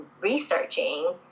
researching